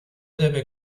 debe